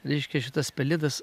reiškia šitas pelėdas